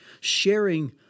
sharing